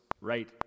right